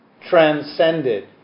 transcended